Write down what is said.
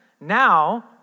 now